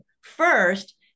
First